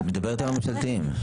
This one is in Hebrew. את מדברת על הממשלתיים.